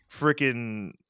freaking